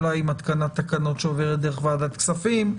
אולי עם התקנת תקנות שעוברת דרך ועדת כספים.